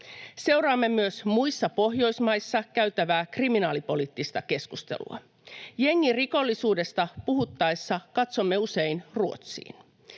Seuraamme myös muissa Pohjoismaissa käytävää kriminaalipoliittista keskustelua. Jengirikollisuudesta puhuttaessa katsomme usein Ruotsiin.